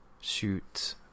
shoot